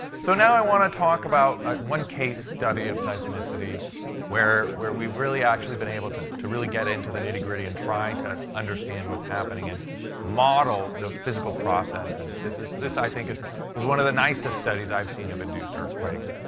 so now i want to talk about one case study of seismicity where where we've really actually been able to to really get into the nitty-gritty and try to understand what's happening and model the physical processes. this is this, i think, is is one of the nicest studies i've seen of induced earthquakes.